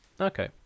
Okay